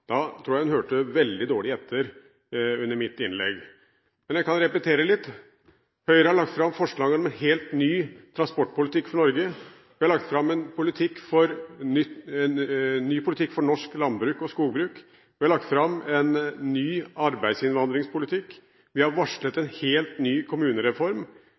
Da tror jeg hun hørte veldig dårlig etter under mitt innlegg. Men jeg kan repetere litt: Høyre har lagt fram forslag om en helt ny transportpolitikk for Norge, vi har lagt fram en ny politikk for norsk landbruk og skogbruk, vi har lagt fram en ny arbeidsinnvandringspolitikk, vi har varslet en helt ny kommunereform,